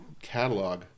Catalog